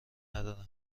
ندارم